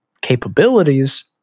capabilities